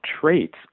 traits